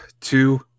two